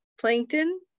plankton